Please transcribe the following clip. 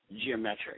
geometric